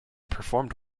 performed